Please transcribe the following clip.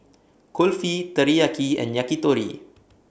Kulfi Teriyaki and Yakitori